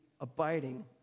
abiding